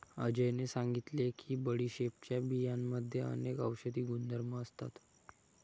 अजयने सांगितले की बडीशेपच्या बियांमध्ये अनेक औषधी गुणधर्म असतात